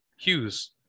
Hughes